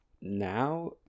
now